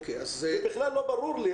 ובכלל לא ברור לי,